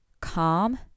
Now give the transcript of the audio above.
calm